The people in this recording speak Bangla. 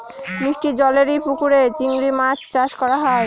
মিষ্টি জলেরর পুকুরে চিংড়ি মাছ চাষ করা হয়